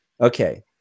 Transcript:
okay